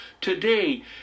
today